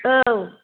औ